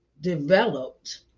developed